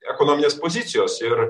ekonominės pozicijos ir